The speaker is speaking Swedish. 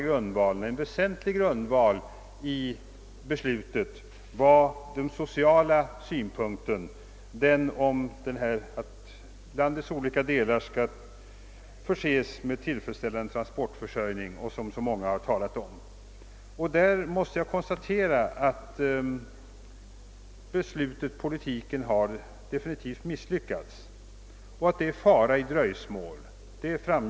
En väsentlig grundsten i beslutet var också den sociala synpunkten, som så många talat om, d. v. s. att landets olika delar skall förses med tillfredsställande transportförsörjning. Jag måste konstatera att politiken i detta avseende definitivt har misslyckats och att det är fara i dröjsmål med att reparera skadan.